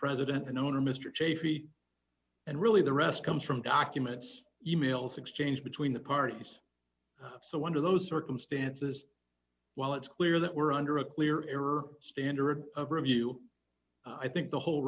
president and owner mr chafey and really the rest comes from documents e mails exchanged between the parties so under those circumstances while it's clear that we're under a clear error standard of review i think the whole